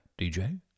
DJ